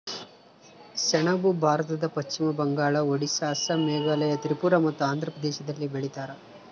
ಸೆಣಬು ಭಾರತದ ಪಶ್ಚಿಮ ಬಂಗಾಳ ಒಡಿಸ್ಸಾ ಅಸ್ಸಾಂ ಮೇಘಾಲಯ ತ್ರಿಪುರ ಮತ್ತು ಆಂಧ್ರ ಪ್ರದೇಶದಲ್ಲಿ ಬೆಳೀತಾರ